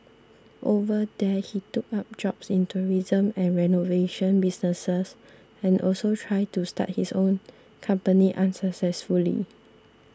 over there he took up jobs in tourism and renovation businesses and also tried to start his own company unsuccessfully